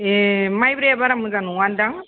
ए मायब्राआ बारा मोजां नङादां